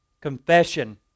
Confession